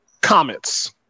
comments